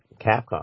Capcom